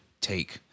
take